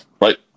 Right